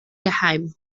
geheim